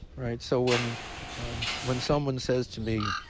right? so when when someone says to me,